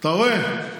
אתה רואה?